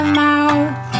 mouth